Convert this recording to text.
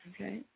Okay